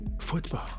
football